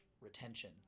retention